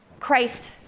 Christ